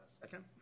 Second